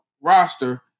roster